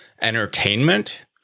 entertainment